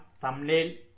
thumbnail